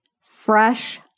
fresh